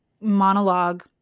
monologue